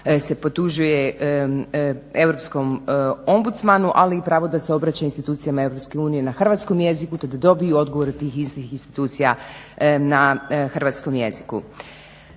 se potužuje Europskom ombucmanu ali i pravo da se obraća institucijama Europske unije na hrvatskom jeziku te da dobiju odgovore tih istih institucija na hrvatskom jeziku.